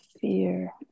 fear